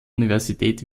universität